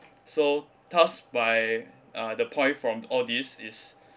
so thus by uh the point from all this is